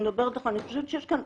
אני חושבת שיש כאן,